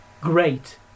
Great